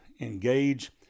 engage